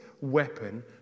weapon